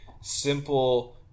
simple